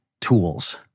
tools